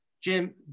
Jim